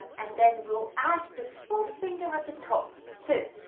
and then we'll add the fourth finger at the top. so,